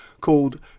called